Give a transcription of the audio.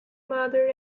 mother